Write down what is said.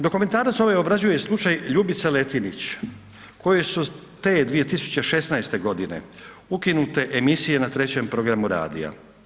Dokumentarac ovaj obrađuje slučaj Ljubice Letinić koju su te 2016. godine ukinute emisije na 3. programu radija.